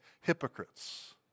hypocrites